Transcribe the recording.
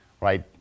right